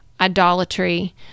idolatry